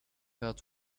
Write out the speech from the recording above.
out